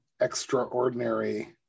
extraordinary